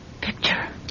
picture